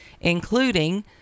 including